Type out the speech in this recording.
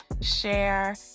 share